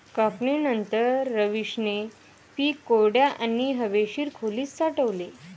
कापणीनंतर, रवीशने पीक कोरड्या आणि हवेशीर खोलीत साठवले